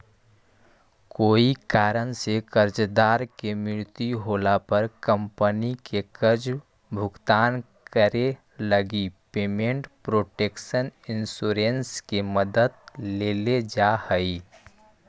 कोई कारण से कर्जदार के मृत्यु होला पर कंपनी के कर्ज भुगतान करे लगी पेमेंट प्रोटक्शन इंश्योरेंस के मदद लेल जा हइ